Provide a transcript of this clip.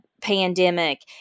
pandemic